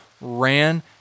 ran